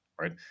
right